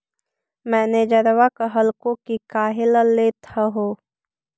मैनेजरवा कहलको कि काहेला लेथ हहो?